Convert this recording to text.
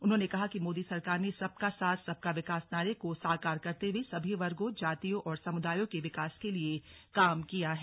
उन्होंने कहा कि मोदी सरकार ने सबका साथ सबका विकास नारे को साकार करते हुए सभी वर्गों जातियों और समुदायों के विकास के लिए काम किया है